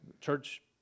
church